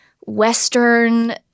Western